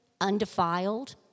undefiled